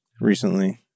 recently